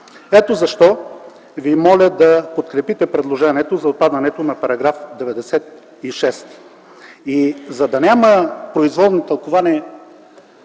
Ето защо ви моля да подкрепите предложението за отпадането на § 96.